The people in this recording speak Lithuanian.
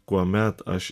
kuomet aš